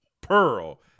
Pearl